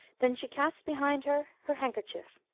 then she casts behind her her handkerchief.